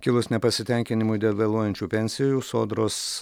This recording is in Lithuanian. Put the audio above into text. kilus nepasitenkinimui dėl vėluojančių pensijų sodros